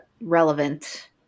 relevant